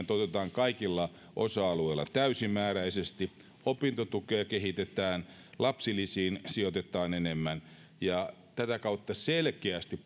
toteutetaan kaikilla osa alueilla täysimääräisesti opintotukea kehitetään lapsilisiin sijoitetaan enemmän ja tätä kautta selkeästi